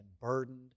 burdened